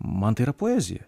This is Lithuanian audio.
man tai yra poezija